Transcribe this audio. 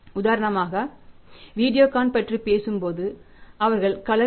உதாரணமாக வீடியோகான் பற்றி பேசும்போது அவர்கள் கலர் T